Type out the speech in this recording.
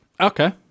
Okay